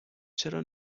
چرا